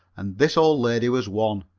and this old lady was one.